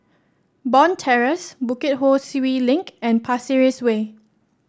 Bond Terrace Bukit Ho Swee Link and Pasir Ris Way